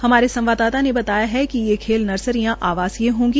हमारे संवाददाता ने बताया कि ये खेल नर्सरियां आवासीय होगी